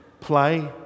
play